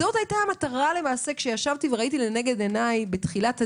זו היתה המטרה כשראיתי לנגד עיניי בתחילת הדרך,